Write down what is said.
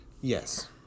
Yes